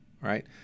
right